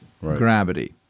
gravity